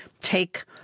take